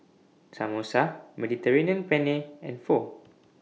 Samosa Mediterranean Penne and Pho